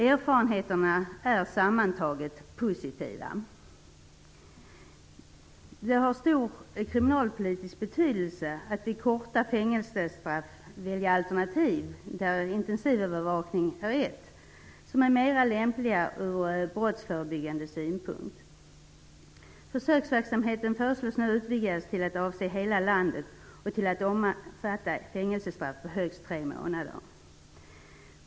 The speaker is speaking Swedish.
Erfarenheterna är sammantaget positiva. Det har stor kriminalpolitisk betydelse att vid korta fängelsestraff välja alternativ, där en övervakning är ett, som är mera lämpliga ur brottsförebyggande synpunkt. Försöksverksamheten föreslås nu utvidgas till att avse hela landet och till att omfatta fängelsestraff på högst tre månader.